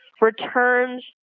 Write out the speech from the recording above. returns